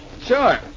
Sure